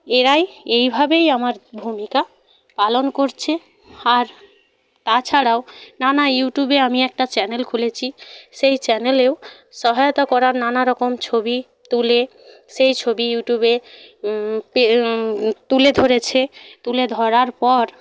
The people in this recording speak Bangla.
এরাই এইভাবেই আমার ভূমিকা পালন করছে আর তাছাড়াও নানা ইউটিউবে আমি একটা চ্যানেল খুলেছি সেই চ্যানেলেও সহায়তা করার নানা রকম ছবি তুলে সেই ছবি ইউটিউবে তুলে ধরেছে তুলে ধরার পর